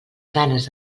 ganes